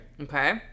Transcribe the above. Okay